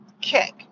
kick